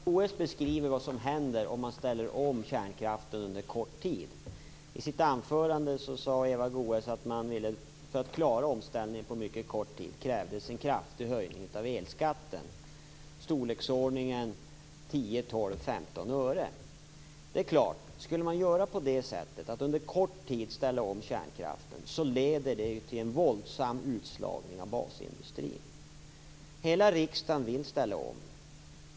Fru talman! Eva Goës beskriver vad som händer om man ställer om från kärnkraft under kort tid. I sitt anförande sade Eva Goës att det för att klara omställningen på mycket kort tid krävdes en kraftig höjning av elskatten, storleksordningen 10, 12 eller 15 öre. Skulle man göra på det sättet, att under kort tid ställa om från kärnkraft, skulle det leda till våldsam utslagning av basindustrin. Hela riksdagen vill ställa om.